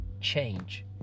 change